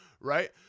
right